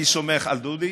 אני סומך על דודי.